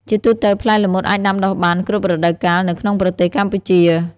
ជាទូទៅ ផ្លែល្មុតអាចដាំដុះបាន គ្រប់រដូវកាល នៅក្នុងប្រទេសកម្ពុជា។